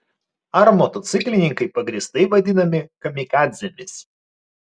ar motociklininkai pagrįstai vadinami kamikadzėmis